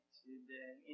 today